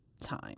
time